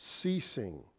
ceasing